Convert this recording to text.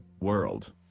World